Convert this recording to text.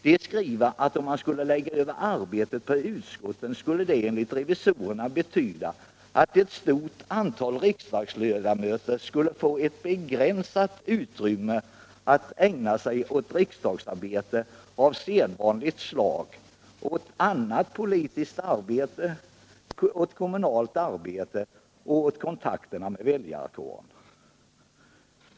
De skriver att om man lade över arbetet på utskotten skulle det betyda att ett stort antal riksdagsledamöter skulle få ett begränsat utrymme att ägna sig åt riksdagsarbete av sedvanligt slag, åt annat politiskt arbete, åt kommunalt arbete och åt kontakterna med väljarkåren.